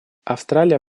австралия